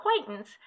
acquaintance